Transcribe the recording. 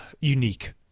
unique